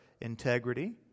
integrity